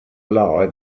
lie